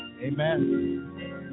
amen